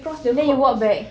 and then you walked back